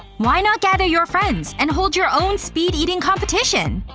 why not gather your friends and hold your own speed eating competition!